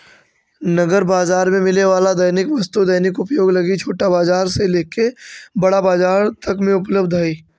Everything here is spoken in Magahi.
नगर बाजार में मिले वाला दैनिक वस्तु दैनिक उपयोग लगी छोटा बाजार से लेके बड़ा बाजार तक में उपलब्ध हई